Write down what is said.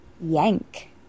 Yank